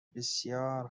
بسیار